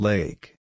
Lake